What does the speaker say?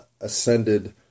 ascended